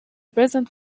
present